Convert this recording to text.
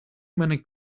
many